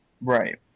Right